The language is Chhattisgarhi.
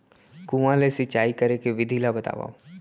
कुआं ले सिंचाई करे के विधि ला बतावव?